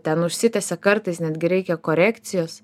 ten užsitęsė kartais netgi reikia korekcijos